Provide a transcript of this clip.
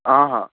आ हा